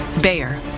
Bayer